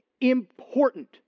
important